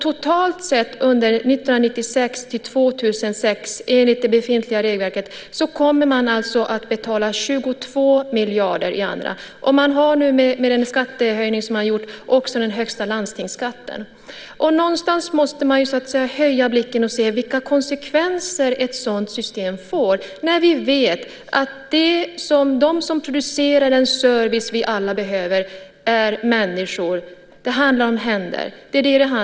Totalt sett från 1996 till 2006 enligt det befintliga regelverket kommer man att betala 22 miljarder. Med den skattehöjning som har gjorts har man nu också den högsta landstingsskatten. Någonstans måste man höja blicken och se vilka konsekvenser ett sådant system får när vi vet att de som producerar den service vi alla behöver är människor. Det handlar om händer.